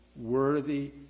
Worthy